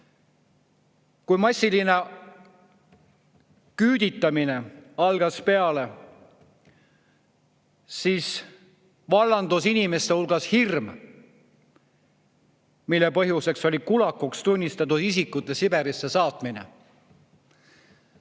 massiline küüditamine, vallandus inimeste hulgas hirm, mille põhjuseks oli kulakuks tunnistatud isikute Siberisse saatmine.